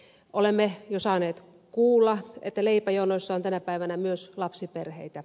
olemme jo saaneet kuulla että leipäjonoissa on tänä päivänä myös lapsiperheitä